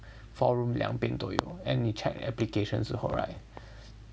four room 两边都有 and 你 check application 之后 right